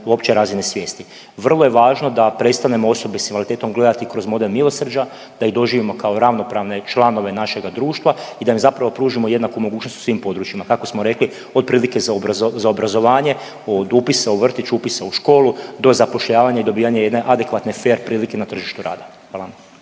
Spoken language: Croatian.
opće razine svijesti. Vrlo je važno da prestanemo osobe s invaliditetom gledati kroz model milosrđa, da ih doživimo kao ravnopravne članove našega društva i da im zapravo pružimo jednaku mogućnost u svim područjima, kako smo rekli od prilike za obrazovanje, od upisa u vrtić, upisa u školu do zapošljavanja i dobijanja jedne adekvatne fer prilike na tržištu rada, hvala.